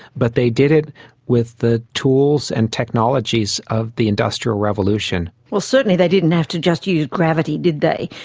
but they did it with the tools and technologies of the industrial revolution. well, certainly they didn't have to just use gravity, did they,